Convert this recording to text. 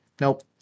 nope